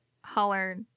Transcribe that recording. hollered